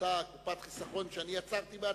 לאותה קופת חיסכון שאני יצרתי בעצמי?